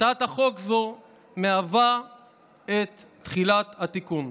הצעת חוק זו מהווה את תחילת התיקון.